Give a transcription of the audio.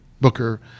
booker